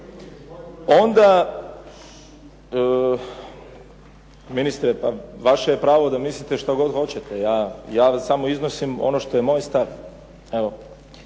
Onda. Ministre, pa vaše je pravo da mislite šta god hoćete. Ja samo iznosim ono što je moj stav.